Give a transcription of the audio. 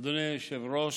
אדוני היושב-ראש,